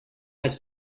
has